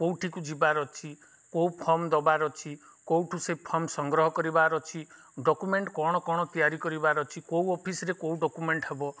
କେଉଁଠିକୁ ଯିବାର ଅଛି କେଉଁ ଫର୍ମ ଦେବାର ଅଛି କେଉଁଠୁ ସେ ଫର୍ମ ସଂଗ୍ରହ କରିବାର ଅଛି ଡ଼କ୍ୟୁମେଣ୍ଟ କ'ଣ କ'ଣ ତିଆରି କରିବାର ଅଛି କେଉଁ ଅଫିସ୍ରେ କେଉଁ ଡ଼କ୍ୟୁମେଣ୍ଟ ହେବ